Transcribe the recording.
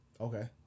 Okay